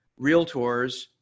realtors